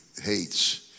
hates